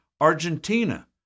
Argentina